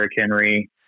Henry